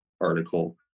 article